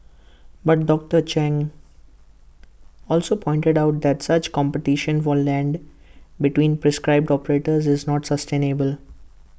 but doctor chung also pointed out that such competition for land between prescribe operators is not sustainable